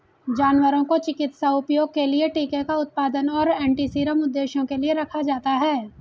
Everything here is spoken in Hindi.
जानवरों को चिकित्सा उपयोग के लिए टीके का उत्पादन और एंटीसीरम उद्देश्यों के लिए रखा जाता है